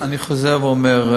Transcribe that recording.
אני חוזר ואומר: